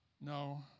No